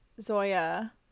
Zoya